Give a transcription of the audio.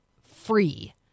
free